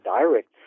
direct